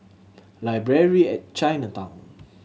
Library at Chinatown